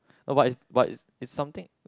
but is but is it's something